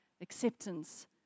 acceptance